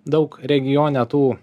daug regione tų